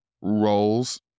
roles